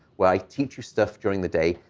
where i teach you stuff during the day,